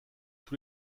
tous